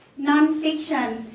nonfiction